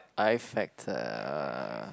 I Factor uh